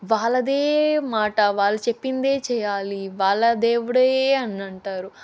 వాళ్ళదే మాట వాళ్ళు చెప్పిందే చెయ్యాలి వాళ్ళ దేవుడే అనంటారు